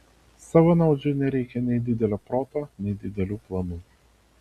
savanaudžiui nereikia nei didelio proto nei didelių planų